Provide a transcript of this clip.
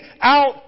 out